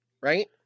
right